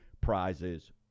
prizes